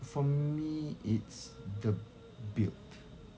for me it's the built